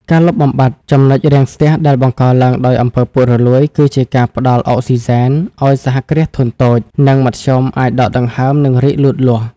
ការលុបបំបាត់ ចំណុចរាំងស្ទះ ដែលបង្កឡើងដោយ អំពើពុករលួយ គឺជាការផ្ដល់ "អុកស៊ីហ្សែន" ឱ្យសហគ្រាសធុនតូច និងមធ្យមអាចដកដង្ហើម និងរីកលូតលាស់។